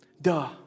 Duh